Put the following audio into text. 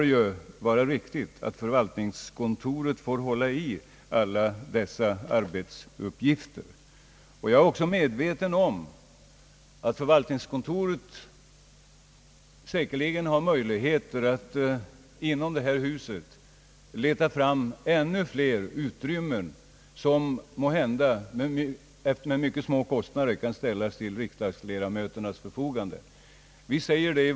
Jag tror att förvaltningskontoret har möjligheter att inom detta hus leta fram ännu fler utrymmen, som — måhända med mycket små kostnader — kan ställas till riksdagsledamöternas förfogande.